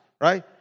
right